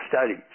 studies